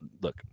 look